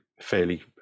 fairly